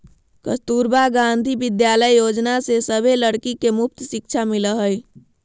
कस्तूरबा गांधी विद्यालय योजना से सभे लड़की के मुफ्त शिक्षा मिला हई